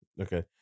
Okay